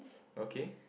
okay